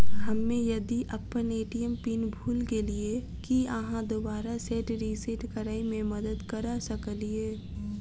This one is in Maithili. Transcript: हम्मे यदि अप्पन ए.टी.एम पिन भूल गेलियै, की अहाँ दोबारा सेट रिसेट करैमे मदद करऽ सकलिये?